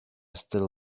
still